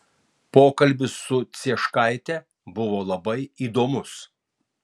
pokalbis su cieškaite buvo labai įdomus